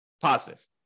positive